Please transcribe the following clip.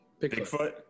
Bigfoot